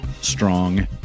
strong